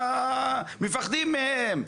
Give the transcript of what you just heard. פוחדים מהם.